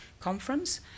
conference